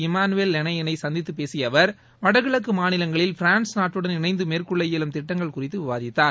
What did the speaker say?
Emmanuel லெனையனை சந்தித்து பேசிய அவர் வடகிழக்கு மாநிலங்களில் பிரான்ஸ் நாட்டுடன் இணைந்து மேற்கொள்ள இயலும் திட்டங்கள் குறித்து அவர் விவாதித்தார்